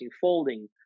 folding